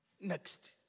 Next